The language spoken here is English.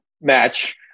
match